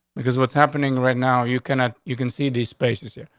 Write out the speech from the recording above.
because what's happening right now you cannot. you can see these spaces here,